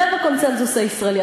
לב הקונסנזוס הישראלי,